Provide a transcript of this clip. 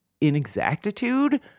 inexactitude